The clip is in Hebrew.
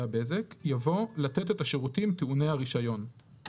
הבזק" יבוא "לתת את השירותים טעוני הרישיון";